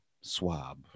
swab